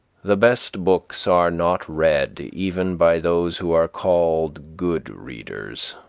the best books are not read even by those who are called good readers.